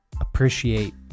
appreciate